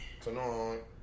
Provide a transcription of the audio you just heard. Tonight